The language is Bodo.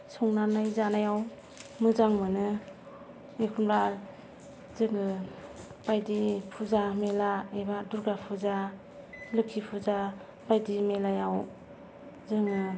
संनानै जानायाव मोजां मोनो एखनब्ला जोङो बायदि फुजा मेला एबा दुर्गा फुजा लोक्षि फुजा बायदि मेलायाव जोङो